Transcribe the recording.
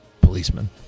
Policeman